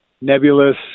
nebulous